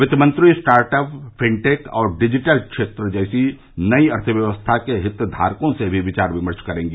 कित्त मंत्री start up fintech और डिजिटल क्षेत्र जैसे नई अर्थव्यवस्था के हितधारकों से भी विचार विमर्श करेंगी